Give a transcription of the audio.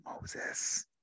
Moses